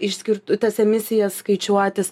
išskirtas emisijas skaičiuotis